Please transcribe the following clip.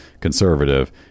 conservative